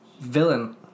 villain